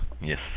yes